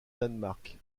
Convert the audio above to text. danemark